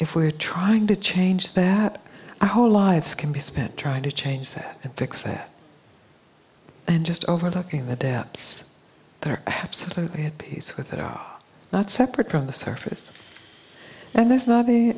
if we're trying to change that whole lives can be spent trying to change that and fix that and just over talking the deps they're absolutely at peace with it are not separate from the surface and there's not a